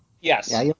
Yes